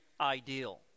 ideal